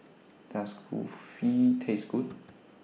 Does Kulfi Taste Good